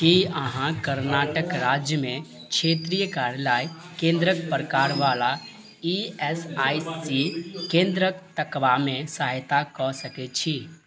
की अहाँ कर्नाटक राज्यमे क्षेत्रीय कर्यालय केन्द्रक प्रकारवला ई एस आई सी केन्द्र तकबामे सहायता कऽ सकय छी